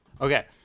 Okay